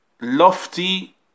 lofty